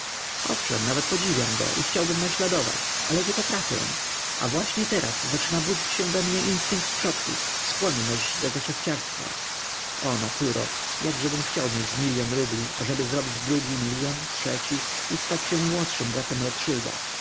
owszem nawet podziwiam go i chciałbym naśladować ale nie potrafię a właśnie teraz zaczyna się budzić we mnie instynkt przodków skłonność do geszefciarstwa o naturo jakżebym chciał mieć z milion rubli ażeby zrobić drugi milion trzeci i stać się młodszym